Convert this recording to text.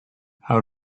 how